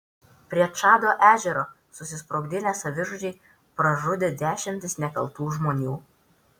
prie čado ežero susisprogdinę savižudžiai pražudė dešimtis nekaltų žmonių